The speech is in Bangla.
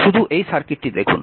শুধু এই সার্কিটটি দেখুন